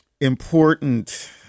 important